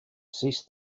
cease